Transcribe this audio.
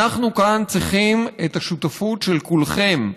אנחנו כאן צריכים את השותפות של כולכם.